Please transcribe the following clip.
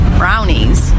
brownies